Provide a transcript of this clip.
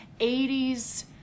80s